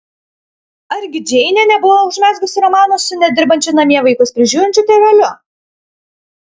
argi džeinė nebuvo užmezgusi romano su nedirbančiu namie vaikus prižiūrinčiu tėveliu